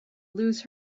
lose